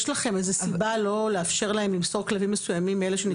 יש לכם איזה סיבה לא לאפשר להם למסור כלבים מסוימים מאלה שנתפסו?